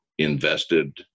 invested